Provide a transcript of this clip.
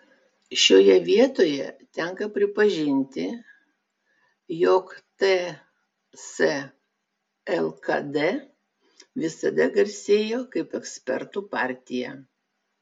šioje vietoje tenka pripažinti jog ts lkd visada garsėjo kaip ekspertų partija